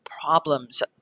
problems